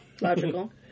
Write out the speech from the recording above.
Logical